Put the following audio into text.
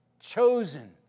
Chosen